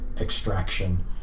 extraction